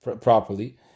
properly